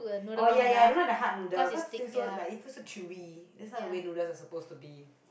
oh ya ya I don't like the hard noodles cause feel so like you feel so chewy that's not the way noodles are supposed to be